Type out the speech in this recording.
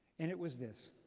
and it was this,